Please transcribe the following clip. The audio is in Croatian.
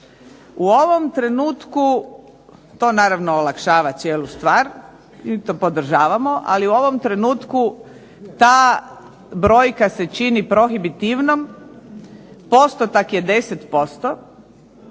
U ovom trenutku to naravno olakšava cijelu stvar, mi to podržavamo. Ali u ovom trenutku ta brojka se čini prohibitivnom, postotak je 10%,